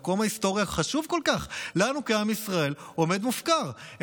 המקום ההיסטורי החשוב כל כך לנו כעם ישראל עומד מופקר.